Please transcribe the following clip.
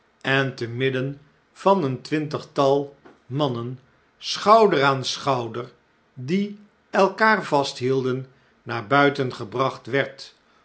werd ente midden van een twintigtal mannen schouder aan schouder die elkaar vasthielden naar buiten gebracht werd